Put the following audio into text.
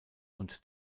und